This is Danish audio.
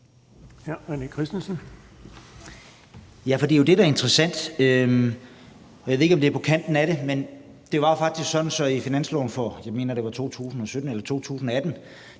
Ja, for det er jo det, der er interessant. Jeg ved ikke, om det er på kanten af det, men det var jo faktisk sådan, at vi i finansloven for 2017 eller 2018,